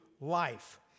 life